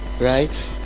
right